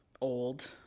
old